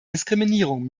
diskriminierung